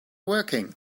working